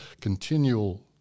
continual